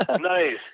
Nice